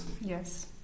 Yes